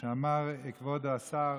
אנחנו נעבור להצבעה.